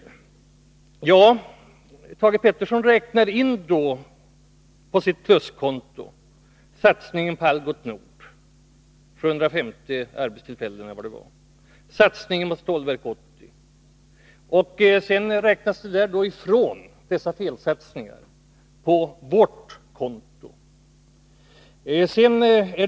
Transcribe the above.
Thage Peterson räknar på sitt pluskonto in satsningen på Algot Nord — 750 arbetstillfällen, eller hur mycket det nu var — och satsningen på Stålverk 80. Sedan räknas dessa felsatsningar ifrån när det gäller vårt konto.